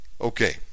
Okay